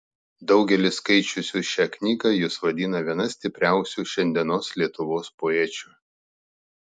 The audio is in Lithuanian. daugelis skaičiusių šią knygą jus vadina viena stipriausių šiandienos lietuvos poečių